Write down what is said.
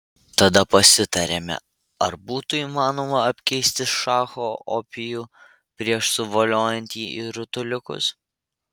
tada pasitarėme ar būtų įmanoma apkeisti šacho opijų prieš suvoliojant jį į rutuliukus